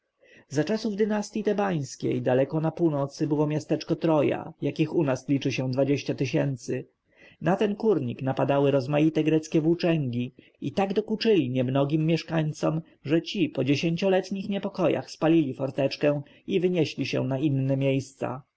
za czasów dynastji tebeńskiej daleko na północy było miasteczko troja jakich u nas liczy się dwadzieścia tysięcy na ten kurnik napadały rozmaite greckie włóczęgi i tak dokuczyli niemnogim mieszkańcom że ci po dziesięcioletnich niepokojach spalili forteczkę i wynieśli się na inne miejsca